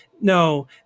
No